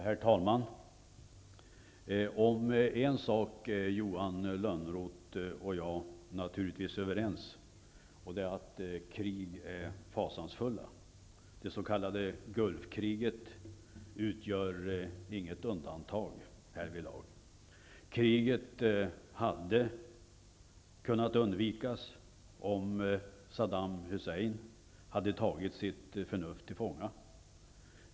Herr talman! En sak är Johan Lönnroth och jag naturligtvis överens om, och det är att krig är fasansfulla. Det s.k. Gulfkriget utgör inget undantag härvidlag. Kriget hade kunnat undvikas om Saddam Hussein hade tagit sitt förnuft till fånga.